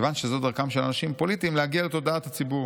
כיוון שזו דרכם של אנשים פוליטיים להגיע לתודעת הציבור".